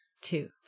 two